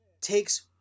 takes